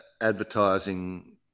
advertising